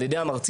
על ידי המרצים,